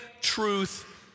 truth